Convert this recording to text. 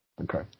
Okay